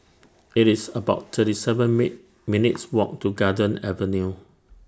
IT IS about thirty seven Me minutes' Walk to Garden Avenue